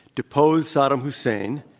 depose saddam hussein,